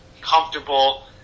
comfortable